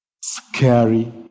scary